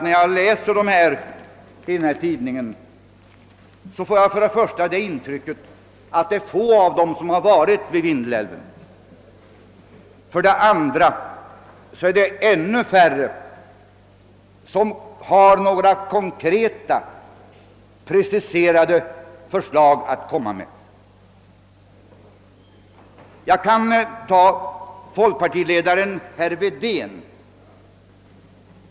När jag läser i denna tidning får jag det intrycket att det är få av dem som har varit vid Vindelälven och att det är ännu färre som har några konkreta förslag att komma med. Låt mig först nämna folkpartiledaren, herr Wedén.